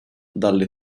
dalle